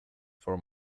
for